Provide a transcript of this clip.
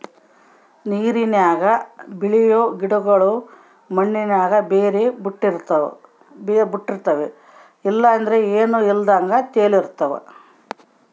ನೀರಿನಾಗ ಬೆಳಿಯೋ ಗಿಡುಗುಳು ಮಣ್ಣಿನಾಗ ಬೇರು ಬುಟ್ಟಿರ್ತವ ಇಲ್ಲಂದ್ರ ಏನೂ ಇಲ್ದಂಗ ತೇಲುತಿರ್ತವ